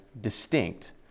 distinct